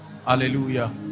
Hallelujah